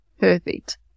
perfect